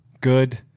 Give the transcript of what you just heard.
Good